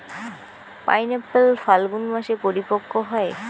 pineapple Phalgun মাসে পরিপক্ব হয়